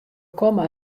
komme